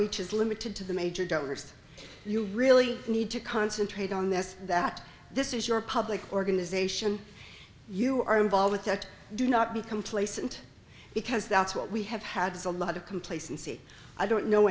reach is limited to the major donors you really need to concentrate on this that this is your public organization you are involved with that do not be complacent because that's what we have had a lot of complacency i don't know